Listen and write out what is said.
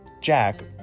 Jack